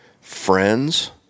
friends